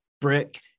brick